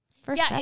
first